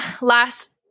last –